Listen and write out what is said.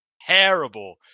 terrible